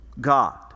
God